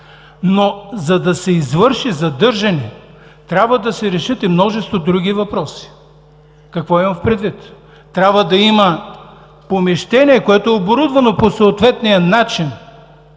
Но за да се извърши задържане, трябва да се решат и множество други въпроси. Какво имам предвид? Трябва да има помещение, което е оборудвано по съответния начин,